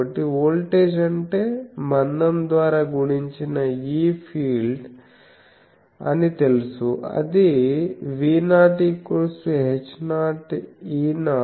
కాబట్టి వోల్టేజ్ అంటే మందం ద్వారా గుణించిన E ఫీల్డ్ అని తెలుసు అది V0 h0 E0